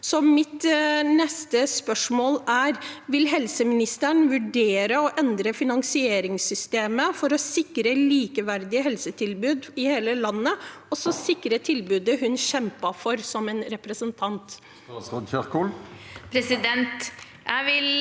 mitt er: Vil helseministeren vurdere å endre finansieringssystemet for å sikre likeverdige helsetilbud i hele landet og sikre tilbudet hun kjempet for som representant?